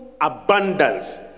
abundance